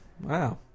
Wow